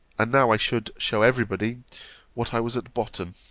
and now i should shew every body what i was at bottom.